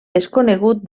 desconegut